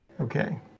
okay